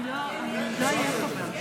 אני לא אהיה פה.